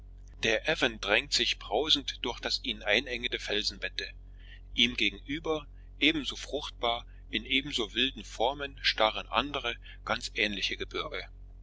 der avon drängt sich brausend durch das ihn einengende felsenbette ihm gegenüber ebenso fruchtbar in ebenso wilden formen starren andere ganz ähnliche gebirge